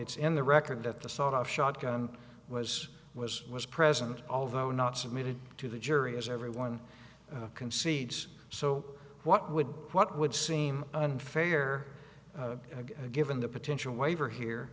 it's in the record that the sawed off shotgun was was was present although not submitted to the jury as everyone concedes so what would what would seem unfair given the potential waiver here